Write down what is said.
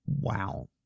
Wow